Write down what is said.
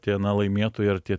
tie na laimėtojai ar tie